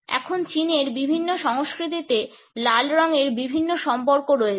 এখন চিনের বিভিন্ন সংস্কৃতিতে লাল রঙের বিভিন্ন সম্পর্ক রয়েছে